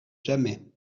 jamais